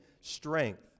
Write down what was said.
strength